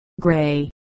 Gray